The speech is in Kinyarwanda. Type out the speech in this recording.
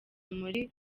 muri